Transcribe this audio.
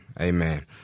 amen